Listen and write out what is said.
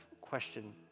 question